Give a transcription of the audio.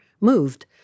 moved